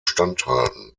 standhalten